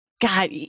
God